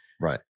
Right